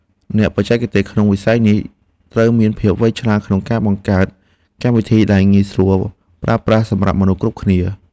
អ្នកបច្ចេកទេសក្នុងវិស័យនេះត្រូវមានភាពវៃឆ្លាតក្នុងការបង្កើតកម្មវិធីដែលងាយស្រួលប្រើប្រាស់សម្រាប់មនុស្សគ្រប់គ្នា។